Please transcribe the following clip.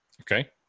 Okay